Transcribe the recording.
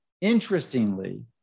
interestingly